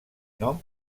nom